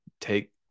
take